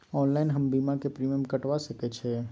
Online हम बीमा के प्रीमियम कटवा सके छिए?